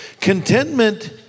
Contentment